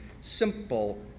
simple